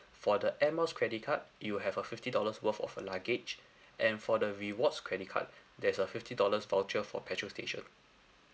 for the air miles credit card you have a fifty dollars worth of a luggage and for the rewards credit card there's a fifty dollars voucher for petrol station